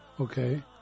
Okay